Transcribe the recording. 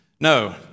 No